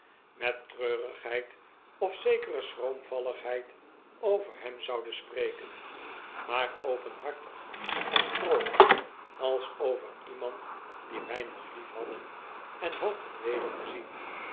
met treurigheid of zekere schroomvalligheid over hem zouden spreken maar openhartig en vroolyk als over iemand dien wy nog liefhadden en hoopten weder te zien